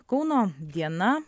kauno diena